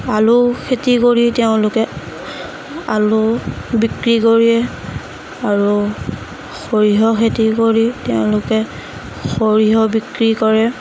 আলু খেতি কৰি তেওঁলোকে আলু বিক্ৰী কৰি আৰু সৰিয়হৰ খেতি কৰি তেওঁলোকে সৰিয়হ বিক্ৰী কৰে